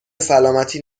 سلامتی